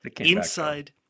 inside